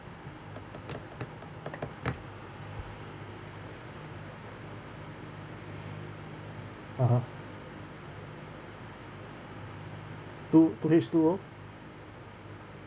(uh huh) two two H two O